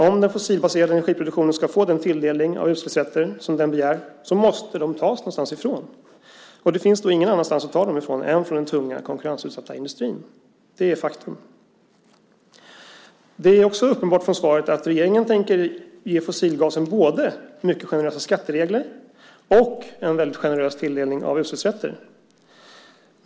Om den fossilbaserade energiproduktionen ska få den tilldelning av utsläppsrätter som den begär måste de tas någonstans ifrån. Det finns då ingen annanstans att ta dem ifrån än från den tunga konkurrensutsatta industrin. Det är faktum. Det är också uppenbart av svaret att regeringen tänker ge fossilgasen både mycket generösa skatteregler och en väldigt generös tilldelning av utsläppsrätter.